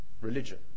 religion